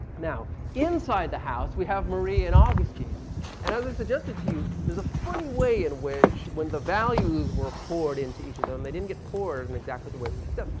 now inside the house we have marie and augustine and as i suggested to you, there's a funny way in which when the values were poured into each of them, they didn't get poured in exactly the way we'd.